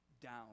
down